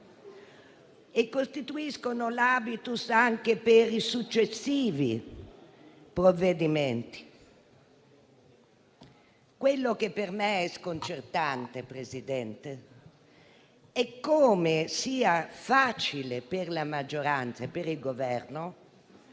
e costituiscono l'*habitus* anche per i successivi provvedimenti. Quello che per me è sconcertante è come sia facile per la maggioranza e per il Governo